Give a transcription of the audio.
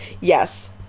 Yes